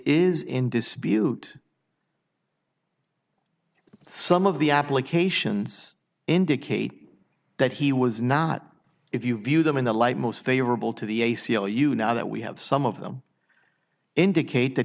is in dispute some of the applications indicate that he was not if you view them in the light most favorable to the a c l u now that we have some of them indicate that